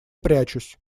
прячусь